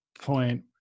point